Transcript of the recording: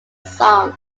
song